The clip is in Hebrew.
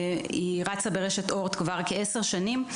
והיא רצה ברשת אורט כבר 10 שנים.